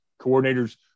coordinators